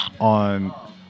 on